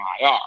IR